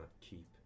keep